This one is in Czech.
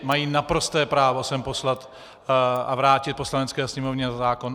Mají naprosté právo sem poslat a vrátit Poslanecké sněmovně zákon.